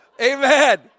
Amen